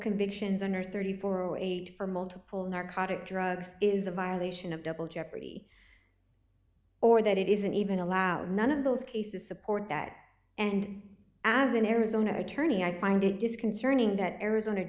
convictions under thirty four or eight for multiple narcotic drugs is a violation of double jeopardy or that it isn't even allowed none of those cases support that and as an arizona attorney i find it disconcerting that arizona